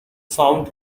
found